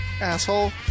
asshole